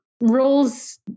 roles